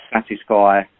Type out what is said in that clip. satisfy